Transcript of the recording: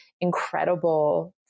incredible